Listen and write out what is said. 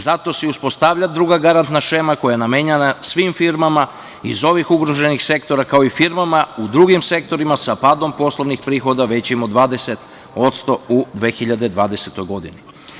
Zato se i uspostavlja druga garantna šema koja je namenjena svim firmama iz ovih ugroženih sektora, kao i firmama u drugim sektorima sa padom poslovnih prihoda većim od 20% u 2020. godini.